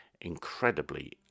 incredibly